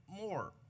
more